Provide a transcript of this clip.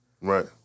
right